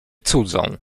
cudzą